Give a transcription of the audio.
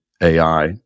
AI